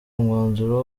umwanzuro